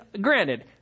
granted